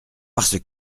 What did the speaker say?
parce